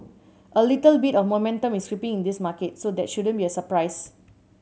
a little bit of momentum is creeping in this market so that shouldn't be a surprise